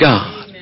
God